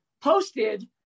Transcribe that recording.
posted